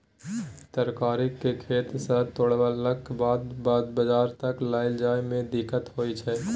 तरकारी केँ खेत सँ तोड़लाक बाद बजार तक लए जाए में दिक्कत होइ छै